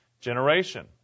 generation